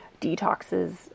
detoxes